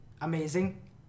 amazing